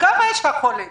מה מספר החולים שיש לכם?